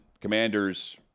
Commanders